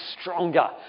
stronger